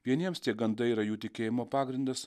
vieniems tie gandai yra jų tikėjimo pagrindas